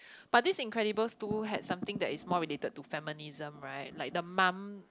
but this Incredible two has something that is more related to feminism right like the mum